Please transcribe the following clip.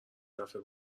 دفعه